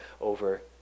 over